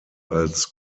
als